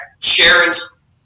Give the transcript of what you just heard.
Sharon's